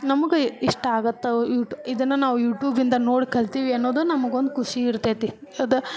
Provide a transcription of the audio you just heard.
ನಮ್ಗೆ ಇಷ್ಟ ಆಗುತ್ತವು ಯೂಟು ಇದನ್ನು ನಾವು ಯೂಟೂಬಿಂದ ನೋಡಿ ಕಲ್ತೀವಿ ಅನ್ನೋದು ನಮ್ಗೊಂದು ಖುಷಿ ಇರ್ತೈತೆ ಅದು